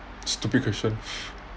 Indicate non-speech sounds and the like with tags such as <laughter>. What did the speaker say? stupid question <breath>